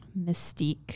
mystique